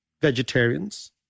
vegetarians